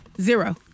Zero